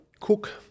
Cook